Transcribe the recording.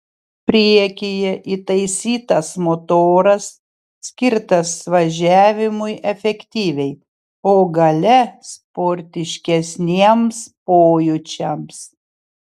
priekyje įtaisytas motoras skirtas važiavimui efektyviai o gale sportiškesniems pojūčiams